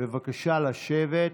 בבקשה לשבת.